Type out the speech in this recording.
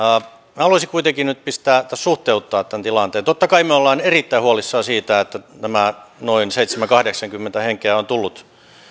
minä haluaisin kuitenkin nyt suhteuttaa tämän tilanteen totta kai me olemme erittäin huolissamme siitä että noin seitsemänkymmentä viiva kahdeksankymmentä henkeä on tullut